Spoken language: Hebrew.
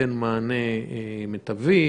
ייתן מענה מיטבי?